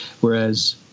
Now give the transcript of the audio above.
Whereas